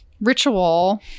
ritual